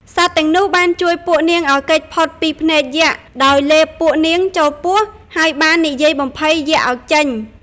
សត្វទាំងនោះបានជួយពួកនាងឲ្យគេចផុតពីភ្នែកយក្ខដោយលេបពួកនាងចូលពោះ ហើយបាននិយាយបំភ័យយក្ខឲ្យចេញ។